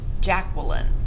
Jacqueline